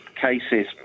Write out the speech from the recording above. cases